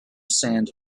sand